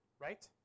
right